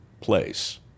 place